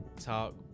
talk